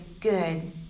good